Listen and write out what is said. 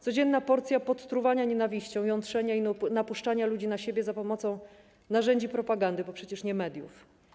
Codzienna porcja podtruwania nienawiścią, jątrzenia i napuszczania ludzi na siebie za pomocą narzędzi propagandy, bo przecież nie mediów.